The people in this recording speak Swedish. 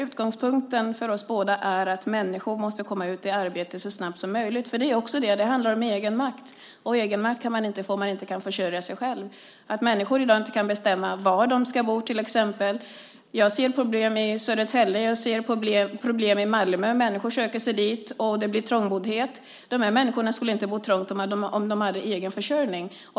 Utgångspunkten för oss båda är att människor så snabbt som möjligt måste komma ut i arbete. Det handlar också om egenmakt, och egenmakt kan man inte få om man inte kan försörja sig själv. I dag kan människor exempelvis inte bestämma var de ska bo. Jag ser problem i Södertälje. Jag ser problem i Malmö. Människor söker sig dit och det uppstår trångboddhet. Dessa människor skulle inte bo trångt om de hade en egen försörjning.